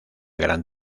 gran